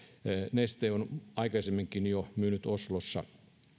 neste on aikaisemminkin jo myynyt oslossa